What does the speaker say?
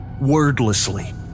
Wordlessly